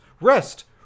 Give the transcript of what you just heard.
rest